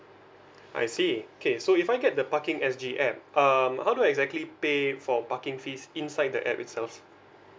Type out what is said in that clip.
I see okay so if I get the parking S G app um how do I exactly pay for parking fees inside the app itself